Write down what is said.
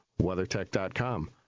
WeatherTech.com